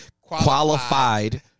qualified